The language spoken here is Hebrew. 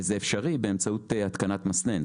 וזה אפשרי באמצעות התקנת מסנן.